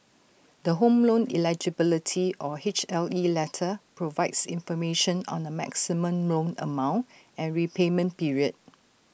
the home loan eligibility or H L E letter provides information on the maximum loan amount and repayment period